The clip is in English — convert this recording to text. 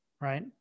right